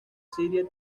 siria